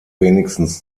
wenigstens